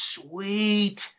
sweet